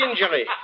injury